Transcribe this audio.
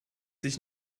sich